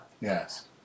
Yes